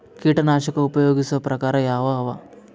ಕೀಟನಾಶಕ ಉಪಯೋಗಿಸೊ ಪ್ರಕಾರ ಯಾವ ಅವ?